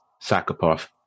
psychopath